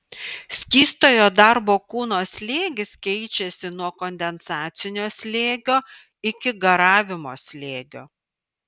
skystojo darbo kūno slėgis keičiasi nuo kondensacinio slėgio iki garavimo slėgio